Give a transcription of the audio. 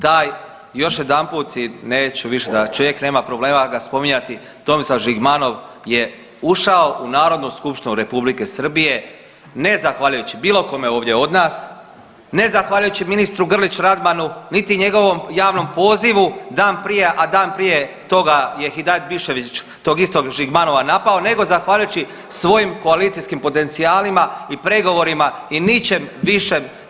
Taj, još jedanput i neću više da čovjek nema problema ga spominjati Tomislav Žigmanov je ušao u Narodnu skupštinu Republike Srbije ne zahvaljujući bilo kome ovdje od nas, ne zahvaljujući ministru Grlić Radmanu, niti njegovom javnom pozivu dan prije, a dan prije toga je Hidajet Biščević tog istog Žigmanova napao, nego zahvaljujući svojim koalicijskim potencijalima i pregovorima i ničem višem.